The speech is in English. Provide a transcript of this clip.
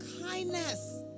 kindness